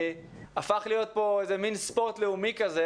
הפך להיות פה איזה מן ספורט לאומי כזה